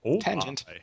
Tangent